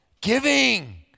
Giving